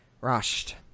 rushed